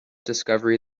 discovery